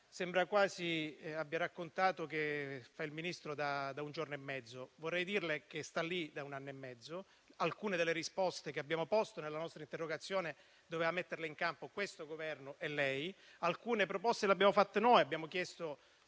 sembra quasi abbia raccontato che fa il Ministro da un giorno e mezzo. Vorrei dirle che sta lì da un anno e mezzo. Alcune delle risposte che abbiamo chiesto nella nostra interrogazione dovevate metterle in campo questo Governo e lei. Abbiamo avanzato alcune